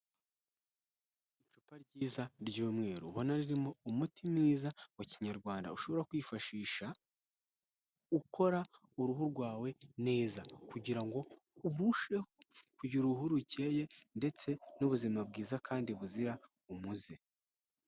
Icupa ryiza ry'umweru, ubona ririmo umuti mwiza wa kinyarwanda, ushobora kwifashisha ukora uruhu rwawe neza kugira ngo urusheho kugira uruhu rukeye ndetse n'ubuzima bwiza kandi buzira umuze.